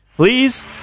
Please